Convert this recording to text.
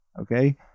Okay